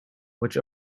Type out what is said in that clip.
which